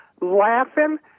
laughing